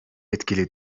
etkili